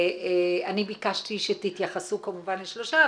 אני ביקשתי שתתייחסו כמובן לשלושה,